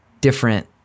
different